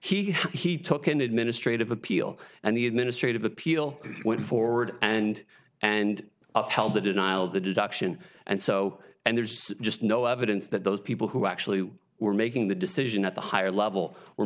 he he took an administrative appeal and the administrative appeal went forward and and up held the denial of the deduction and so and there's just no evidence that those people who actually were making the decision at the higher level were